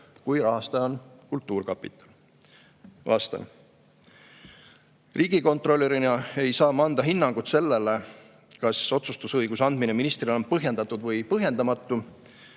kui rahastaja on Kultuurkapital?" Riigikontrolörina ei saa ma anda hinnangut sellele, kas otsustusõiguse andmine ministrile on põhjendatud või põhjendamatu.